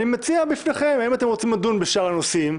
אני שואל אם אתם רוצים לדון בשאר הנושאים,